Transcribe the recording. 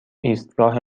ایستگاه